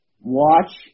watch